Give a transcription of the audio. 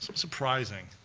surprising.